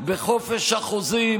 בחופש החוזים,